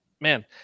man